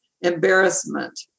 embarrassment